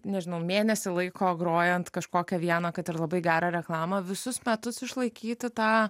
nežinau mėnesį laiko grojant kažkokią vieną kad ir labai gerą reklamą visus metus išlaikyti tą